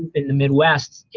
but in the midwest,